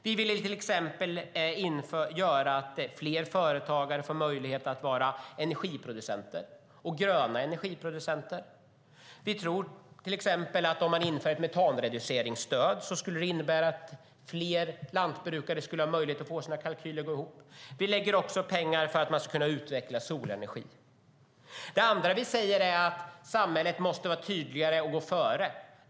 Vi vill se till att fler företagare får möjlighet att vara energiproducenter och gröna producenter. Vi tror att om man inför ett metanreduceringsstöd skulle det innebära att fler lantbrukare skulle få sina kalkyler att gå ihop. Vi satsar pengar för att man ska kunna utveckla solenergi. Det andra vi säger är att samhället måste vara tydligare och gå före.